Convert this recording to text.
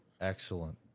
excellent